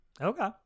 okay